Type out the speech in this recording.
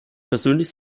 persönlich